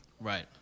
Right